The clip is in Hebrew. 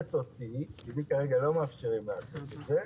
ולאלץ אותי כי לי כרגע לא מאפשרים לעשות את זה